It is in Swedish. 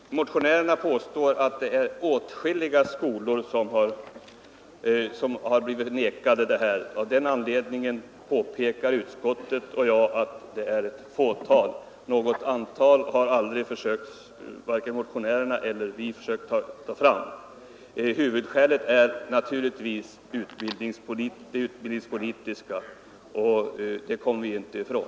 Herr talman! Motionärerna påstår att åtskilliga skolor har blivit förvägrade statlig tillsyn. Utskottet och jag påpekar att det bara är ett fåtal. Något antal har emellertid varken motionärerna eller vi försökt ange. Skälen till ställningstagandet är naturligtvis utbildningspolitiska; det kommer vi inte ifrån.